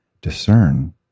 discern